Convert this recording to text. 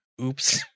oops